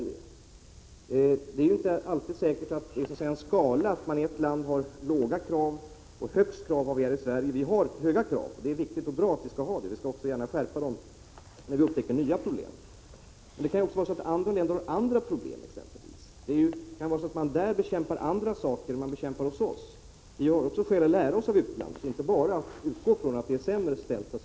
Det är ju inte alltid säkert att det är så att säga en skala: att man i ett land har låga krav, medan Sverige har de högsta kraven. Sverige har höga krav, och det är bra att Sverige har det. Det skall vi alltså ha, och vi kan gärna skärpa dem när vi upptäcker nya problem. Men det kan också vara så, att andra länder har andra typer av problem. I ett främmande land kan man bekämpa andra saker än dem som vi bekämpar här i Sverige. Vi har också skäl att lära oss av utlandet och inte bara utgå ifrån att det är sämre ställt där.